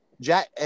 Jack